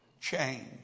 change